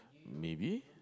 maybe